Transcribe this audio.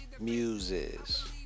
Muses